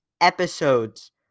episodes